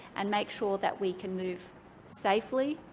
and make sure that we can move safely,